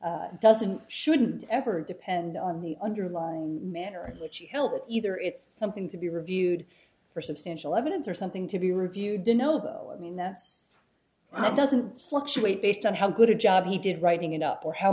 not doesn't shouldn't ever depend on the underlying manner in which he held it either it's something to be reviewed for substantial evidence or something to be reviewed dyno but i mean that's i doesn't fluctuate based on how good a job he did writing it up or how